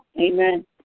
Amen